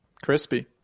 Crispy